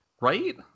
right